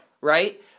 Right